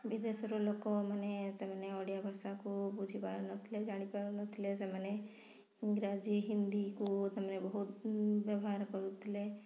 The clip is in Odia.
ବିଦେଶରୁ ଲୋକମାନେ ସେମାନେ ଓଡ଼ିଆଭାଷାକୁ ବୁଝିପାରୁନଥିଲେ ଜାଣିପାରୁନଥିଲେ ସେମାନେ ଇଂରାଜୀ ହିନ୍ଦୀକୁ ସେମାନେ ବହୁତ ବ୍ୟବହାର କରୁଥିଲେ